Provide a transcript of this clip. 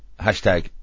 hashtag